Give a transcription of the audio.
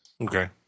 Okay